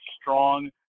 strong